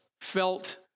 felt